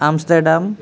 Amsterdam